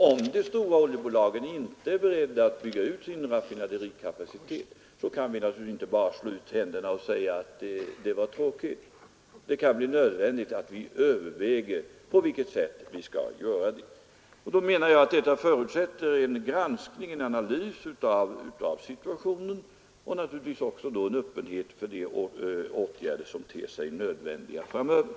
Om de stora oljebolagen inte är beredda att bygga ut sin raffinaderikapacitet, kan vi naturligtvis inte bara slå ut med händerna och säga att det var tråkigt, utan det kan bli nödvändigt att överväga på vilket sätt vi skall agera. Jag menar att detta förutsätter en granskning och analys av situationen och naturligtvis också öppenhet för de åtgärder som ter sig nödvändiga framöver.